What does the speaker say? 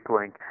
link